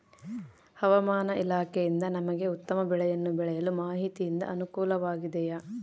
ಹವಮಾನ ಇಲಾಖೆಯಿಂದ ನಮಗೆ ಉತ್ತಮ ಬೆಳೆಯನ್ನು ಬೆಳೆಯಲು ಮಾಹಿತಿಯಿಂದ ಅನುಕೂಲವಾಗಿದೆಯೆ?